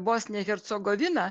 bosnija hercegovina